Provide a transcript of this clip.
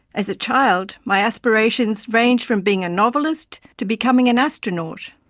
as a child my aspirations ranged from being a novelist to becoming an astronaut.